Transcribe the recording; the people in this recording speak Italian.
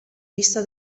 vista